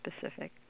specific